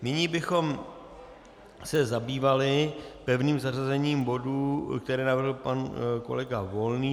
Nyní bychom se zabývali pevným zařazením bodů, které navrhl pan kolega Volný.